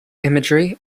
imagery